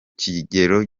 kigero